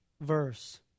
verse